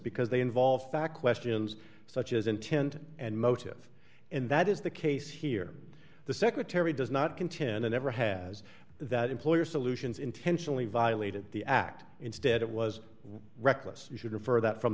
because they involve fact questions such as intent and motive and that is the case here the secretary does not contend it ever has that employer solutions intentionally violated the act instead it was reckless you should refer that from